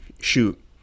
shoot